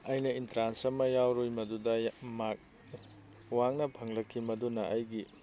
ꯑꯩꯅ ꯑꯦꯟꯇ꯭ꯔꯥꯟꯁ ꯑꯃ ꯌꯥꯎꯔꯨꯏ ꯃꯗꯨꯗ ꯃꯥꯔꯛ ꯋꯥꯡꯅ ꯐꯪꯂꯛꯈꯤ ꯃꯗꯨꯅ ꯑꯩꯒꯤ